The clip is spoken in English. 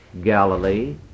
Galilee